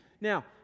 Now